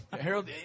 Harold